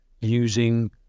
using